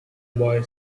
boy